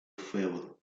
feudo